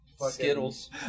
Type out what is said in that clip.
Skittles